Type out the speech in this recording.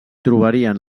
trobarien